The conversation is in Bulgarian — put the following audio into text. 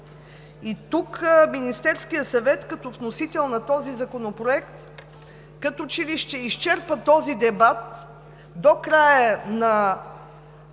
И тук Министерският съвет като вносител на този законопроект като че ли ще изчерпа този дебат до края на